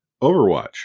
Overwatch